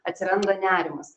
atsiranda nerimas